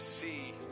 see